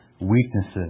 weaknesses